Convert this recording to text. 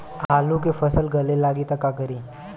आलू के फ़सल गले लागी त का करी?